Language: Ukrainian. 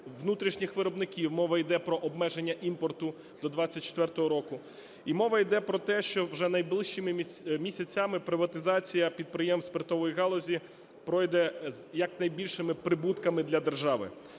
внутрішніх виробників. Мова іде про обмеження імпорту до 24-го року. І мова іде про те, що вже найближчими місяцями приватизація підприємств спиртової галузі пройде з якнайбільшими прибутками для держави,